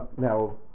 Now